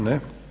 Ne.